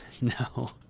No